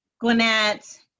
Gwinnett